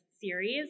series